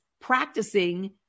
practicing